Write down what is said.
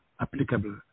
applicable